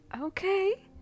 Okay